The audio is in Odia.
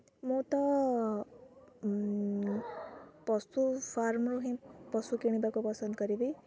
ମୁଁ ତ ପଶୁ ଫାର୍ମରୁ ହିଁ ପଶୁ କିଣିବାକୁ ପସନ୍ଦ କରିବି